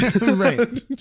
Right